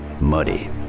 Muddy